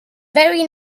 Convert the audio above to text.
very